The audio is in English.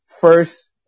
first